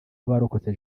abarokotse